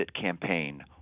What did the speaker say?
campaign